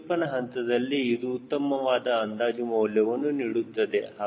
ಪರಿಕಲ್ಪನಾ ಹಂತದಲ್ಲಿ ಇದು ಉತ್ತಮವಾದ ಅಂದಾಜು ಮೌಲ್ಯವನ್ನು ನೀಡುತ್ತದೆ